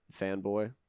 fanboy